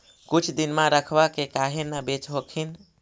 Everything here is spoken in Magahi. कुछ दिनमा रखबा के काहे न बेच हखिन?